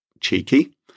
Cheeky